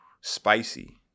Spicy